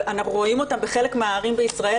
אנחנו רואים אותם בחלק מהערים בישראל,